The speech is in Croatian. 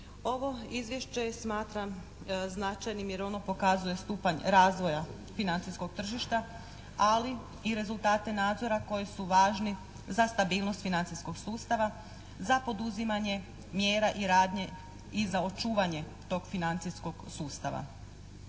Ovo Izvješće smatram značajnim jer ono pokazuje stupanj razvoja financijskog tržišta, ali i rezultate nadzora koji su važni za stabilnost financijskog sustava, za poduzimanje mjera i radnje i za očuvanje tog financijskog sustava.